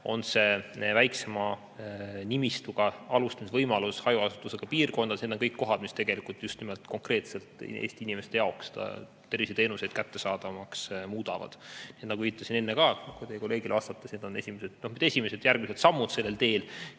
on väiksema nimistuga alustamise võimalus hajaasustusega piirkondades – need on kõik kohad, mis tegelikult just nimelt konkreetselt Eesti inimeste jaoks ka terviseteenuseid kättesaadavamaks muudavad. Nagu ütlesin enne ka teie kolleegile vastates, need on järgmised sammud sellel teel,